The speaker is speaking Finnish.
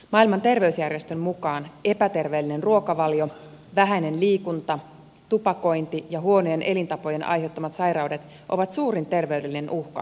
maailman terveysjärjestön mukaan epäterveellinen ruokavalio vähäinen liikunta tupakointi ja huonojen elintapojen aiheuttamat sairaudet ovat suurin terveydellinen uhkamme